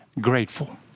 grateful